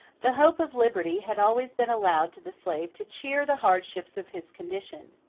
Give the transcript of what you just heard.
the hope of liberty had always been allowed to the slave to cheer the hardships of his condition.